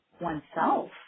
oneself